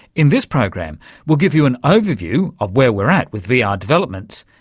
in this program we'll give you an overview of where we're at with vr ah developments.